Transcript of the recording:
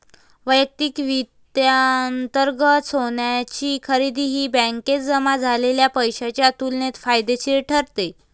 वैयक्तिक वित्तांतर्गत सोन्याची खरेदी ही बँकेत जमा झालेल्या पैशाच्या तुलनेत फायदेशीर ठरते